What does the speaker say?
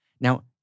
Now